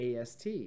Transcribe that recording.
AST